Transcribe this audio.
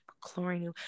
chlorine